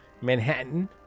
Manhattan